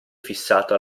fissato